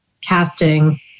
casting